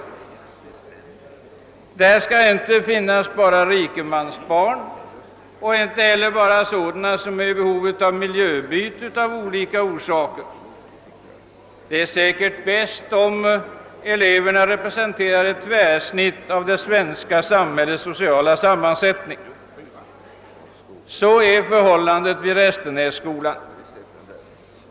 I dessa skolor skall det inte bara finnas rikemansbarn, och inte bara sådana som av olika orsaker är i behov av miljöbyte. Det är säkert bäst om eleverna representerar ett tvärsnitt av det svenska samhällets sociala sammansättning. Så är förhållandet vid Restenässkolan.